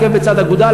עקב בצד אגודל.